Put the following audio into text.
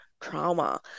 trauma